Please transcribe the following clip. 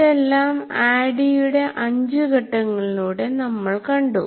ഇതെല്ലാം ADDIE യുടെ 5 ഘട്ടങ്ങളിലൂടെ നമ്മൾ കണ്ടു